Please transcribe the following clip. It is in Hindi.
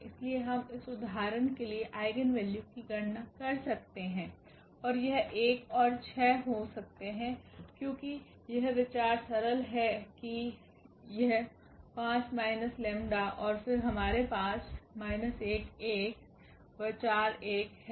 इसलिए हम इस उदाहरण के लिए आइगेन वैल्यू की गणना कर सकते हैं और यह 1 6 हो सकते है क्योंकि यह विचार सरल है कि यह 5 माइनस लेम्डा 𝜆 और फिर हमारे पास है